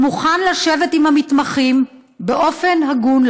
הוא מוכן לשבת עם המתמחים באופן הגון,